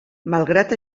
malgrat